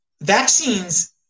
vaccines